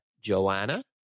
Joanna